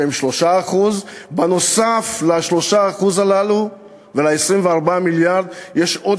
שהם 3%. בנוסף ל-3% הללו ול-24 מיליארד יש עוד